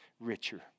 richer